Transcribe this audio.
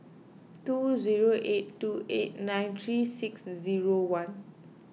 two zero eight two eight nine three six zero one